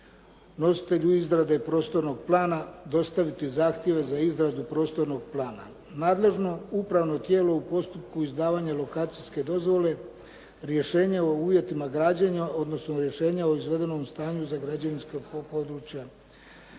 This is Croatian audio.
nositelju izrade prostornog plana dostaviti zahtjeve za izradu prostornog plana. Nadležno upravno tijelo u postupku izdavanja lokacijske dozvole rješenje o uvjetima građenjima, odnosno rješenje o izvedenom stanju za građevinska područja,